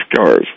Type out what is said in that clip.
cars